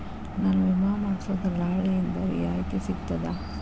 ನನ್ನ ವಿಮಾ ಮಾಡಿಸೊ ದಲ್ಲಾಳಿಂದ ರಿಯಾಯಿತಿ ಸಿಗ್ತದಾ?